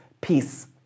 peace